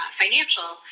financial